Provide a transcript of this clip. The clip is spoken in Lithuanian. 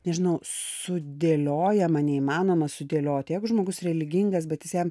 nežinau sudėliojama neįmanoma sudėlioti jeigu žmogus religingas bet jis jam